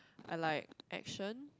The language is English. I like action